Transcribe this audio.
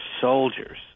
soldiers